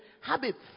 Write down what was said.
habits